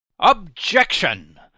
Objection